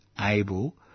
able